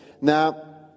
now